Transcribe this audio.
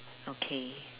okay